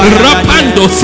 rapando